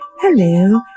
Hello